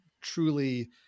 truly